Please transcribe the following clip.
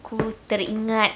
aku teringat